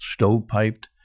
stovepiped